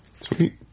Sweet